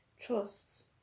Trust